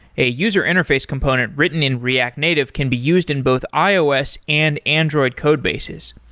a user interface component written in react native can be used in both ios and android code bases.